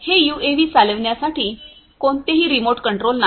हे यूएव्ही चालविण्यासाठी कोणतेही रिमोट कंट्रोल नाही